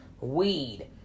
weed